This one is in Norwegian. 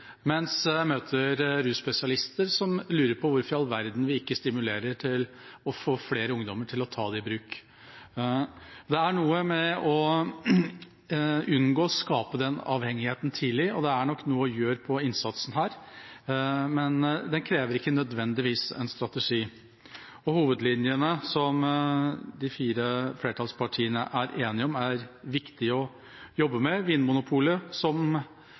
mens jeg møter russpesialister som lurer på hvorfor i all verden vi ikke stimulerer til å få flere ungdommer til å ta det i bruk. Det er noe med å unngå å skape denne avhengigheten tidlig, og det er nok noe å gjøre på innsatsen her. Men det krever ikke nødvendigvis en strategi, og hovedlinjene som de fire flertallspartiene er enige om, er viktig å jobbe med. Vinmonopolet, som